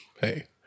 Hey